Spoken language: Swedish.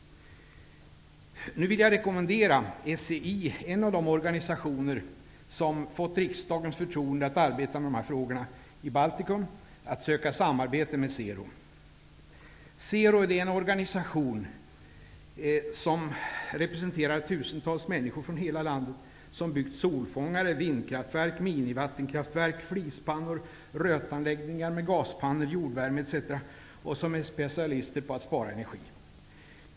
Nu vill jag rekommendera SEI, en av de organsiationer som fått riksdagens förtroende att arbeta med de här frågorna i Baltikum, att söka samarbete med SERO är en organisation som representerar tusentals människor från hela landet, vilka byggt solfångare, vindkraftverk, minivattenkraftverk, flispannor, rötanläggningar med gaspannor, jordvärme etc., och som är specialister på att spara energi.